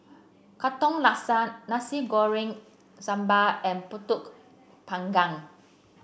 Katong Laksa Nasi Goreng Sambal and pulut Panggang